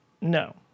No